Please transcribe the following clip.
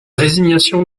résignation